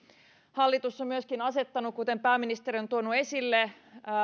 hallitus on myöskin asettanut kuten pääministeri on tuonut esille